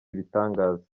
ibitangaza